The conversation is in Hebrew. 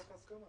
זאת שנה שלמה.